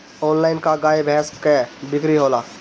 Online का गाय भैंस क बिक्री होला?